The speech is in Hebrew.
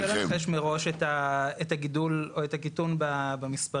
קשה לנחש מראש את הגידול או את הקיטון במספרים.